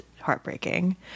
heartbreaking